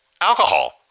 Alcohol